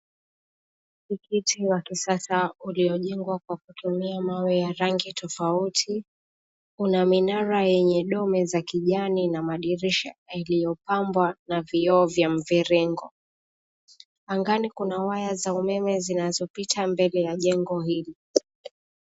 Msikiti wa kisasa uliojengwa kwa kutumia mawe ya rangi tofauti, una minara yenye dome za kijani ina madirisha iliyopambwa na vioo vya mviringo. Angani kuna waya za umeme zinazopita mbele ya jengo hili.